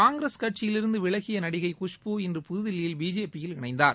காங்கிரஸ் கட்சியிலிருந்து விலகிய நடிகை குஷ்பு இன்று புதுதில்லியில் பிஜேபி யில் இணைந்தார்